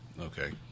okay